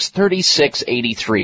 3683